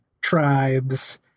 tribes